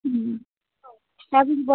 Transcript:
হুম হ্যাঁ দিদি বলো